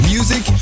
Music